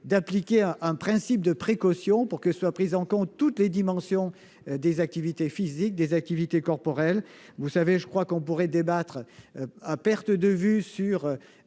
d'appliquer un principe de précaution pour que soient prises en compte toutes les dimensions des activités physiques et corporelles. On pourrait débattre à perte de vue sur